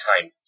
time